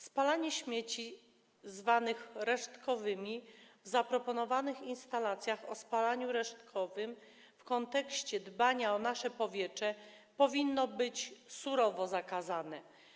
Spalanie śmieci zwanych resztkowymi w zaproponowanych instalacjach o spalaniu rusztowym w kontekście dbania o nasze powietrze powinno być surowo zakazane.